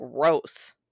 gross